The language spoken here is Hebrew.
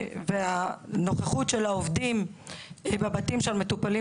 הנוכחות של העובדים בבתים של מטופלים